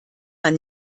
man